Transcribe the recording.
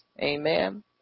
Amen